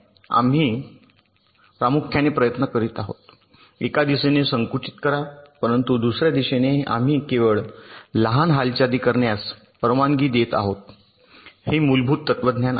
आम्ही प्रामुख्याने प्रयत्न करीत आहोत एका दिशेने संकुचित करा परंतु दुसर्या दिशेने आम्ही केवळ लहान हालचाली करण्यास परवानगी देत आहोत हे मूलभूत तत्वज्ञान आहे